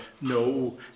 no